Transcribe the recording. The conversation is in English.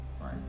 right